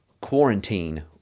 quarantine